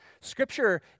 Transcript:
Scripture